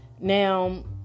Now